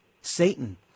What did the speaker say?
Satan